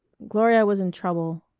gloria was in trouble.